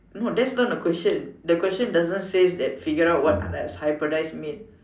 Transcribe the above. no that's not the question the question doesn't says that figure out what does hybridize mean